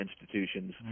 institutions